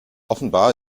offenbar